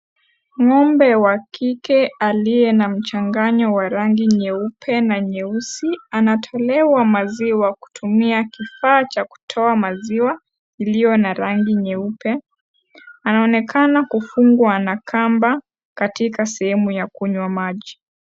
Ng'ombe wa kike, aliye na mchangayo wa rangi nyeupe na nyeusi. Anatolewa maziwa kutumia kifaa cha kutoa maziwa, iliyo na rangi nyeupe. Anaonekana kufungwa na kamba katika sehemu ya kunywa maji.